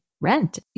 rent